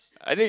I think